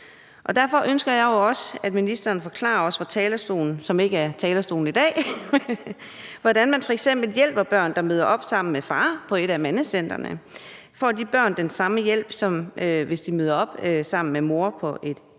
Derfor ønsker jeg også, at ministeren forklarer os fra talerstolen – selv om det ikke sker fra talerstolen i dag – hvordan man f.eks. hjælper børn, der møder op sammen med far på et af mandecentrene. Får de børn den samme hjælp, som hvis de møder op sammen med mor på et kvindekrisecenter?